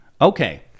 Okay